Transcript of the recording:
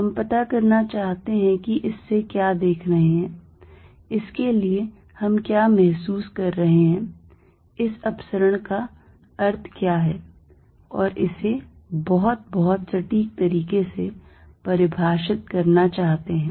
हम पता करना चाहते हैं कि इससे क्या देख रहे हैं इसके लिए हम क्या महसूस कर रहे हैं इस अपसरण का अर्थ क्या है और इसे बहुत बहुत सटीक तरीके से परिभाषित करना चाहते हैं